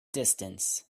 distance